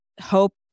Hope